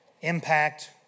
impact